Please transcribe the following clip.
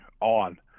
on